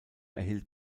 erhielt